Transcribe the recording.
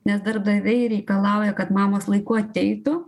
nes darbdaviai reikalauja kad mamos laiku ateitų